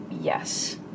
Yes